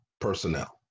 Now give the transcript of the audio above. personnel